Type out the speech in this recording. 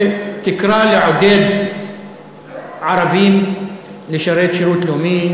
שתקרא לעודד ערבים לשרת שירות לאומי,